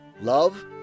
love